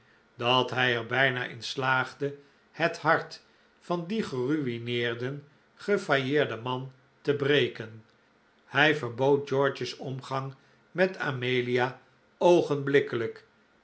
dat hij er bijna in slaagde het hart van dien gerui'neerden gefailleerden man te breken hij verbood george's omgang met amelia